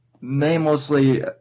namelessly